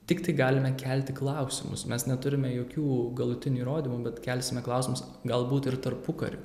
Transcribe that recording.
tiktai galime kelti klausimus mes neturime jokių galutinių įrodymų bet kelsime klausimus galbūt ir tarpukariu